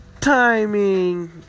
timing